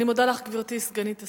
אני מודה לך, גברתי סגנית השר.